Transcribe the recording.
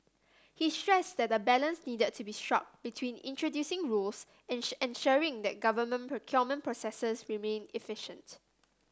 he stressed that a balance needed to be struck between introducing rules ensuring that government procurement processes remain efficient